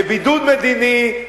בבידוד מדיני,